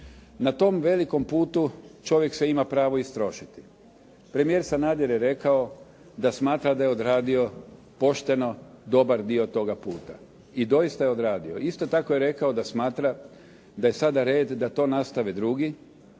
Na tom velikom putu čovjek se ima pravo istrošiti. Premijer Sanader je rekao da smatra da je odradio pošteno dobar dio toga puta. I doista je odradio. Isto tako je rekao da smatra da je sada red da to nastave drugi.